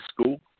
school